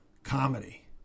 Comedy